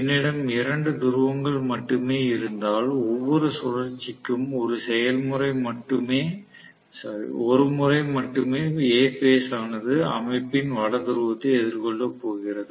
என்னிடம் இரண்டு துருவங்கள் மட்டுமே இருந்தால் ஒவ்வொரு சுழற்சிக்கும் ஒரு முறை மட்டுமே A பேஸ் ஆனது அமைப்பின் வட துருவத்தை எதிர்கொள்ளப் போகிறது